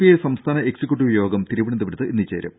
I സംസ്ഥാന executive യോഗം തിരുവനന്തപുരത്ത് ഇന്ന് ചേരും